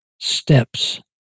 steps